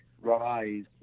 rise